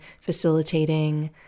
facilitating